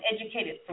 educated